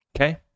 okay